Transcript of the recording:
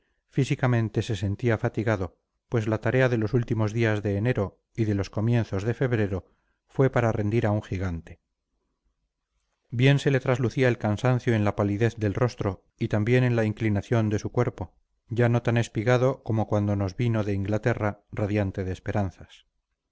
físicamente se sentía fatigado pues la tarea de los últimos días de enero y de los comienzos de febrero fue para rendir a un gigante bien se le traslucía el cansancio en la palidez del rostro y también en la inclinación de su cuerpo ya no tan espigado como cuando nos vino de inglaterra radiante de esperanzas